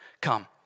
come